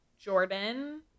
jordan